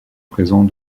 présent